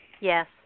Yes